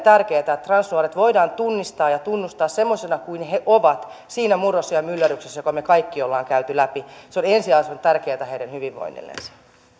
tärkeää että transnuoret voidaan tunnistaa ja tunnustaa semmoisina kuin he ovat siinä murrosiän myllerryksessä jonka me kaikki olemme käyneet läpi se on ensiarvoisen tärkeätä heidän hyvinvoinnillensa